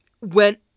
went